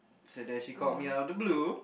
so there called me out of the blue